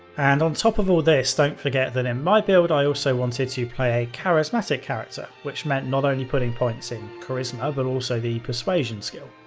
and top of all this, don't forget that in my build i also wanted to play a charismatic character which meant not only putting points in charisma, but also the persuasion skill.